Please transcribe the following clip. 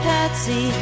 Patsy